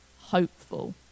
hopeful